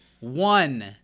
One